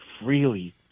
freely